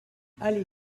allée